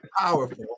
powerful